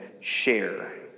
share